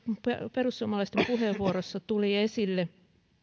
perussuomalaisten puheenvuorossa tuli esille